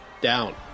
down